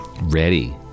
ready